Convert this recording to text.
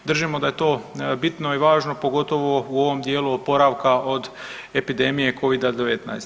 Držimo da je to bitno i važno pogotovo u ovom dijelu oporavka od epidemije covida 19.